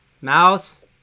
Mouse